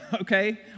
okay